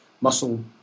muscle